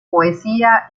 poesía